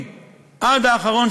עוד לא